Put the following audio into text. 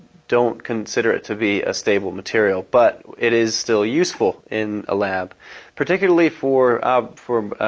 don't consider it to be a stable material but it is still useful in a lab particularly for for